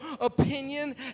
opinion